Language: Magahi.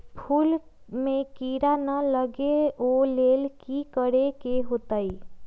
फूल में किरा ना लगे ओ लेल कि करे के होतई?